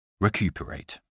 Recuperate